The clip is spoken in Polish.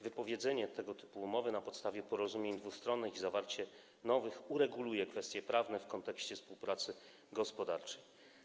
Wypowiedzenie tego typu umowy na podstawie porozumień dwustronnych i zawarcie nowych ureguluje kwestie prawne w kontekście współpracy gospodarczej.